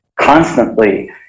constantly